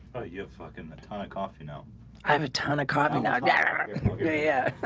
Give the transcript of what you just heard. oh, you're fucking metonic off you know i'm a ton of cotton out there. yeah yeah